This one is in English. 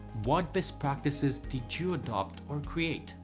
what best practices did you adopt or create?